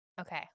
Okay